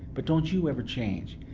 but don't you ever change.